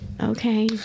Okay